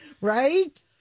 right